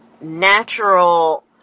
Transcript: natural